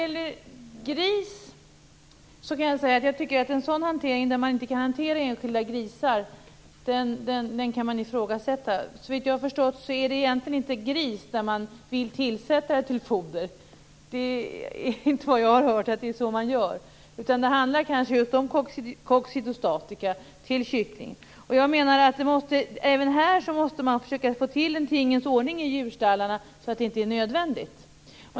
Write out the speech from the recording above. Herr talman! En hantering där man inte kan hantera enskilda grisar kan ifrågasättas. Såvitt jag har förstått är det inte för grisar man vill tillsätta antibiotika i foder. Jag har inte hört att det är så man gör, utan det handlar om just coccidostatika till kyckling. Även här måste man försöka få en tingens ordning i djurstallarna så att det inte är nödvändigt.